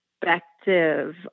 perspective